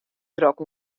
drok